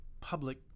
public